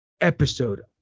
Episode